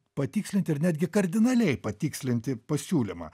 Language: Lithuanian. patikslinti ir netgi kardinaliai patikslinti pasiūlymą